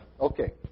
Okay